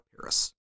Paris